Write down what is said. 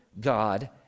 God